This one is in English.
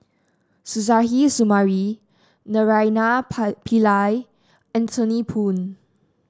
Suzairhe Sumari Naraina Pie Pillai Anthony Poon